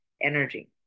energy